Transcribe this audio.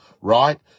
right